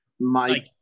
Mike